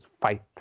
fight